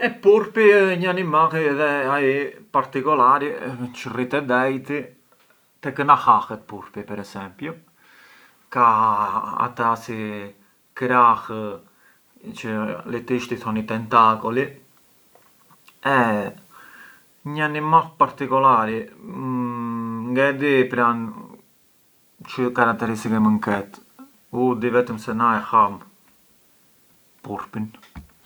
E purpi ë një animall edhe ai particolari çë rron te dejti, te ki na purpi hahet per esempiu, ka ata si krahë, çë litisht thuhen i tentacoli, e një animall partcolari ngë e di pran çë caratteristiche mënd ket, u di vetëm se na e ham purpin.